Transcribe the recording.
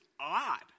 odd